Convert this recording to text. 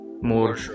more